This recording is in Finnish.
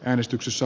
äänestyksessä